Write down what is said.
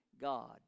God